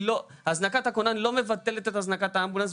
הזנקת הכונן לא מבטלת את הזנקת האמבולנס.